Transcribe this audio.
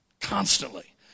constantly